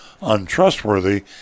untrustworthy